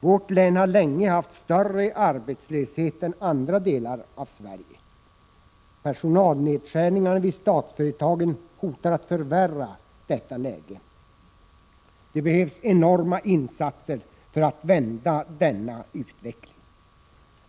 Vårt län har länge haft större arbetslöshet än andra delar av Sverige. Personalnedskärningarna vid de statsägda företagen hotar att förvärra detta läge. Det behövs enorma insatser för att vända denna utveckling.